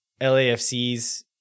LAFCs